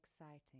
exciting